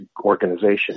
organization